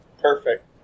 perfect